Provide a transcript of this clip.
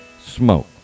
Smoke